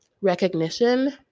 recognition